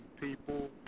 people